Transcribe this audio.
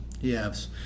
Yes